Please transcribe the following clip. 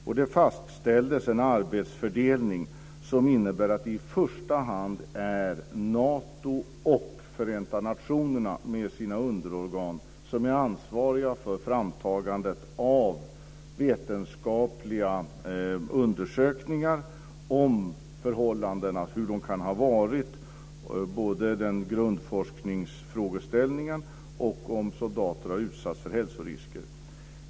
Och det fastställdes en arbetsfördelning som innebär att det i första hand är Nato och Förenta nationerna med sina underorgan som är ansvariga för framtagandet av vetenskapliga undersökningar om hur förhållandena kan ha varit, både när det gäller grundforskningsfrågeställningen och om soldater har utsatts för hälsorisker.